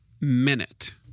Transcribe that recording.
minute